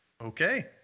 Okay